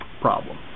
Problem